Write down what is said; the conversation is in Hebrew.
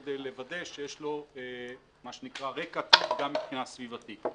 כדי לוודא שיש לו מה שנקרא רקע גם מבחינה סביבתית.